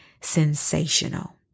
sensational